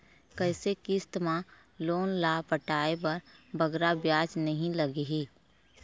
कइसे किस्त मा लोन ला पटाए बर बगरा ब्याज नहीं लगही?